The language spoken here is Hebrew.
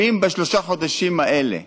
ואם בשלושת החודשים האלה